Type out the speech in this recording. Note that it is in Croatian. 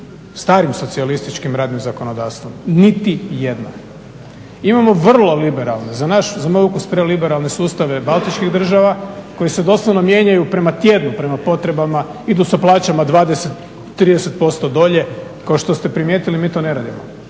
starosocijalističkim radnim zakonodavstvom, niti jedna. Imamo vrlo liberalne, za moj ukus preliberalne sustave baltičkih država koje se doslovno mijenjaju prema tjednu, prema potrebama, idu sa plaćama 20, 30% dolje, kao što ste primijetili, mi to ne radimo.